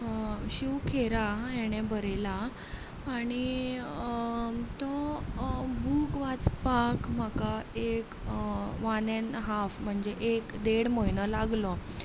शीव खेरा हाणें बरयला आणी तो बूक वाचपाक म्हाका एक वन एन हाफ म्हणजे एक देड म्हयनो लागलो